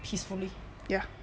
peacefully